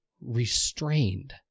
restrained